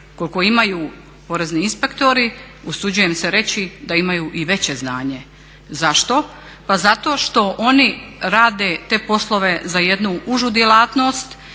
koliko imaju porezni inspektori. Usuđujem se reći da imaju i veće znanje. Zašto, pa zato što oni rade te poslove za jednu užu djelatnost